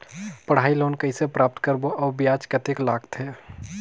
पढ़ाई लोन कइसे प्राप्त करबो अउ ब्याज कतेक लगथे?